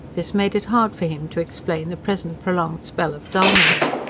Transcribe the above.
this made it hard for him to explain the present prolonged spell of dullness.